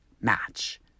match